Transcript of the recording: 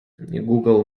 google